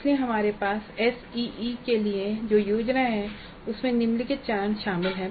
इसलिए हमारे पास एसईई के लिए जो योजना है उसमें निम्नलिखित चरण शामिल हैं